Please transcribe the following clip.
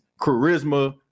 charisma